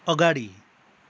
अगाडि